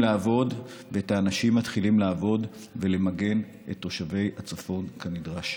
לעבוד ואת האנשים מתחילים לעבוד ולמגן את תושבי הצפון כנדרש.